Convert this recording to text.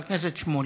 חבר הכנסת שמולי.